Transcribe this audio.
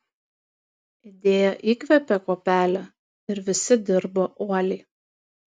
idėja įkvėpė kuopelę ir visi dirbo uoliai